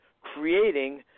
creating